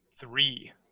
Three